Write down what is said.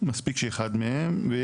מספיק שאחד מהם.